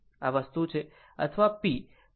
આ વસ્તુ છે અથવા p તે cos 2 π 1 2 sin 2 π